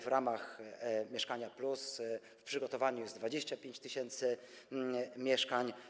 W ramach „Mieszkania+” w przygotowaniu jest 25 tys. mieszkań.